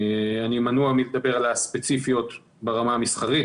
אני מנוע מלדבר על הספציפיות ברמה המסחרית,